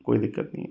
कोई दिक्कत नहीं है